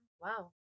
wow